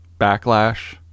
backlash